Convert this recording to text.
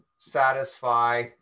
satisfy